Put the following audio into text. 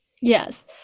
Yes